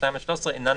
הצהרה בעניינים